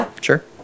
sure